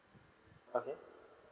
okay